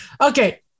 Okay